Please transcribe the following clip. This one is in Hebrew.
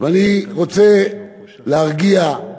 ואני רוצה להרגיע את